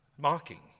Mocking